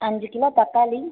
அஞ்சு கிலோ தக்காளி